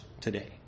today